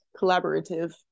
collaborative